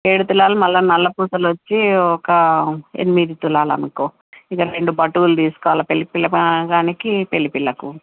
ఏడు తులాలు మళ్ళా నల్ల పూసలు వచ్చి ఒక ఎనిమిది తులాలు అనుకో ఇంకా రెండు పటువులు తీసుకోవాలా పెళ్ళి పిల్లగానికి పెళ్ళి పిల్లకు